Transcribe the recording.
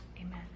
Amen